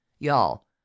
Y'all